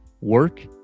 work